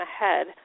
ahead